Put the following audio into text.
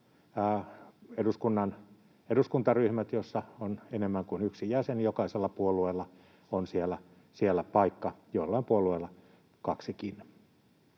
eduskuntaryhmillä, joissa on enemmän kuin yksi jäsen, eli jokaisella puolueella on siellä paikka, joillain puolueilla kaksikin.